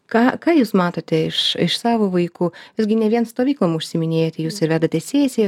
ką ką jūs matote iš iš savo vaikų jūs gi ne vien stovyklom užsiiminėjat jūs ir vedate sesijos